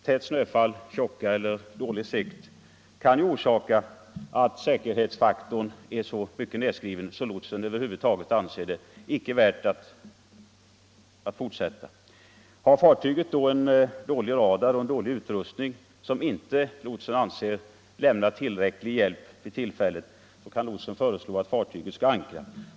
Tätt snöfall, tjocka eller dålig sikt kan orsaka att säkerhetsfaktorn är så reducerad att lotsen anser att lotsning över huvud taget inte kan ske. Om fartyget har dålig radar eller dålig utrustning i övrigt som inte lämnar tillräcklig hjälp för tillfället kan lotsen beordra att fartyget skall ankra.